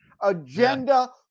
agenda